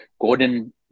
Gordon